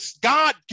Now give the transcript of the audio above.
God